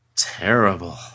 Terrible